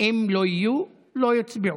אם לא יהיו, לא יוצבעו.